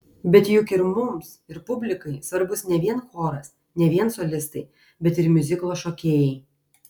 bet juk ir mums ir publikai svarbus ne vien choras ne vien solistai bet ir miuziklo šokėjai